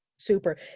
Super